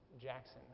Jackson